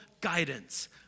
guidance